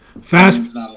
Fast